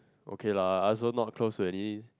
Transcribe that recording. okay lah I also not close to any